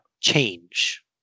change